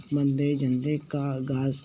बंदे जंदे घा घास घा